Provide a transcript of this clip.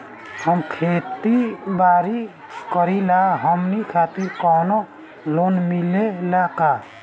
हम खेती बारी करिला हमनि खातिर कउनो लोन मिले ला का?